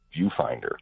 viewfinder